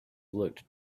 looked